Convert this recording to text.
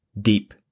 deep